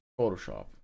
photoshop